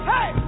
Hey